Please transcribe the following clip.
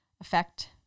affect